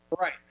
Right